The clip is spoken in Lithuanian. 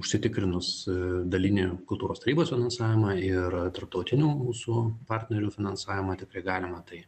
užsitikrinus dalinį kultūros tarybos finansavimą ir tarptautinių mūsų partnerių finansavimą tikrai galima tai